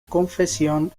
confesión